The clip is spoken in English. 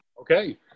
Okay